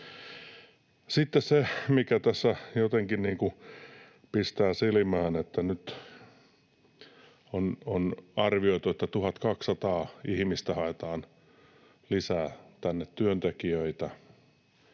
Sitten tässä jotenkin niin kuin pistää silmään se, että nyt on arvioitu, että 1 200 ihmistä haetaan tänne lisää työntekijöitä.